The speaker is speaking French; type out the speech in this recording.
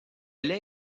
lait